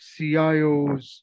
CIOs